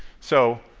so,